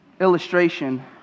illustration